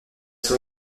sont